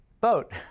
boat